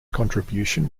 contribution